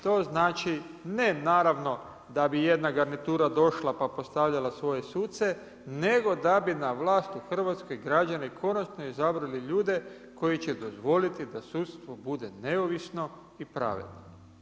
To znači, ne naravno, da bi jedna garnitura došla, pa postavljala svoje suce, nego da bi na vlast u Hrvatskoj građani konačno izabrali ljude, koji će dozvoliti da sudstvo bude neovisno i pravedno.